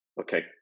Okay